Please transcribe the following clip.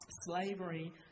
Slavery